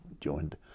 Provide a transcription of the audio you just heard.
joined